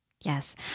Yes